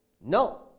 no